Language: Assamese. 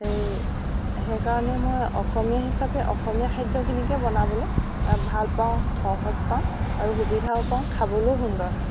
সেই সেইকাৰণে মই অসমীয়া হিচাপে অসমীয়া খাদ্য়খিনিকে বনাবলৈ ভাল পাওঁ সহজ পাওঁ আৰু সুবিধাও পাওঁ খাবলৈও সুন্দৰ হয়